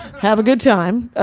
have a good time. ah